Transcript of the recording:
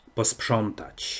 Posprzątać